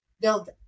build